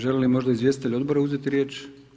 Žele li možda izvjestitelji odbora uzeti riječ?